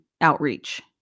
outreach